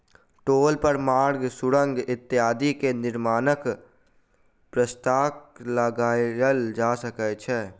टोल कर मार्ग, सुरंग इत्यादि के निर्माणक पश्चात लगायल जा सकै छै